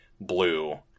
blue